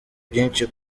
byinshi